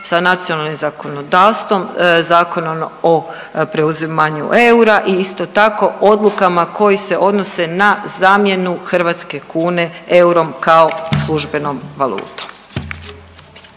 sa nacionalnim zakonodavstvom zakonom o preuzimanju eura i isto tako odlukama koji se odnose na zamjenu hrvatske kune eurom kao službenom valutom.